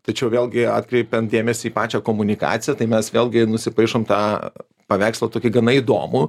tačiau vėlgi atkreipiant dėmesį į pačią komunikaciją tai mes vėlgi nusipaišom tą paveikslą tokį gana įdomų